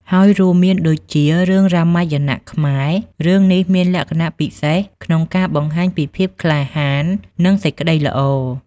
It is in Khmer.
ហើយរួមមានដូចជា រឿងរាមាយណៈខ្មែរ រឿងនេះមានលក្ខណៈពិសេសក្នុងការបង្ហាញពីភាពក្លាហាន និងសេចក្ដីល្អ។